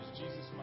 Jesus